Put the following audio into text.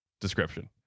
description